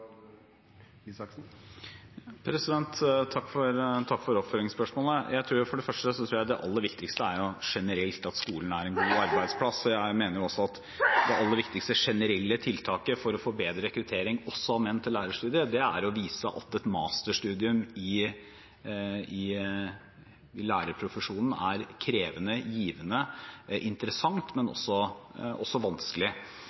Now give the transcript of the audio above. Takk for oppfølgingsspørsmålet. For det første tror jeg det aller viktigste er at skolen generelt er en god arbeidsplass. Jeg mener også at det aller viktigste generelle tiltaket for å få bedre rekruttering også av menn til lærerstudiet, er å vise at et masterstudium i lærerprofesjonen er krevende, givende, interessant, men